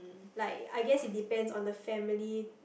like I guess it depends on the family